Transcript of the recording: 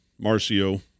Marcio